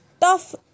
tough